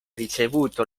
ricevuto